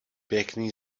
pěkný